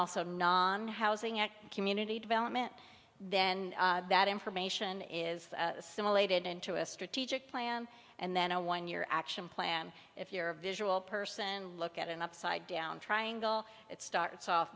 also non housing and community development then that information is simulated into a strategic plan and then a one year action plan if you're a visual person look at an upside down triangle it starts off